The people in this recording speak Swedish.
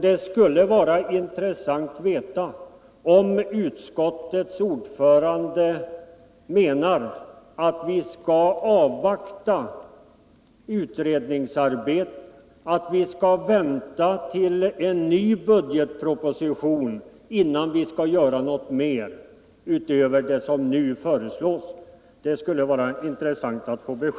Det skulle vara intressant att veta om utskottets ordförande menar att vi skall avvakta utredningsresultatet och invänta en ny budgetproposition, innan vi gör något utöver vad som nu föreslås.